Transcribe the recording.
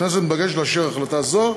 הכנסת מתבקשת לאשר החלטה זו.